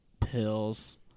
pills